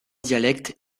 dialectes